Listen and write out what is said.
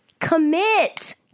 commit